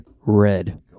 Red